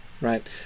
right